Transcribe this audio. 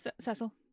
Cecil